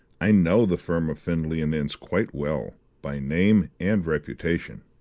i know the firm of findlay and ince quite well by name and reputation.